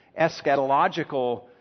eschatological